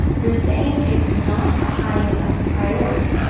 you're saying it's not a high enough priority.